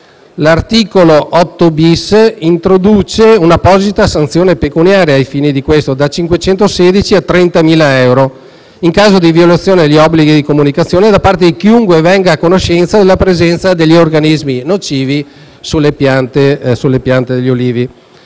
L'articolo 8-*bis* introduce poi un'apposita sanzione pecuniaria, da 516 euro a 30.000 euro, in caso di violazione degli obblighi di comunicazione da parte di chiunque venga a conoscenza della presenza di organismi nocivi sulle piante di olivo.